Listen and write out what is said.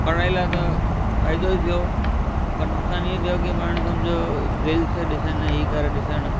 पढ़ाई लाइ त फ़ाइदो ई थियो पर नुक़सानु इहो थियो की पाण सम्झो रील्स ॾिसण ई करे ॾिसणु